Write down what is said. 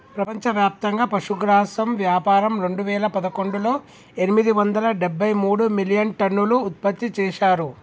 ప్రపంచవ్యాప్తంగా పశుగ్రాసం వ్యాపారం రెండువేల పదకొండులో ఎనిమిది వందల డెబ్బై మూడు మిలియన్టన్నులు ఉత్పత్తి చేశారు